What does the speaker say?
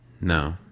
no